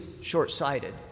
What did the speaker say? short-sighted